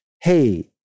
hey